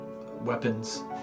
weapons